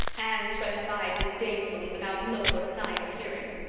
anne swept by disdainfully, without look or sign of hearing.